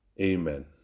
Amen